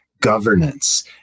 governance